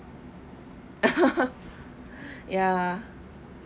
ya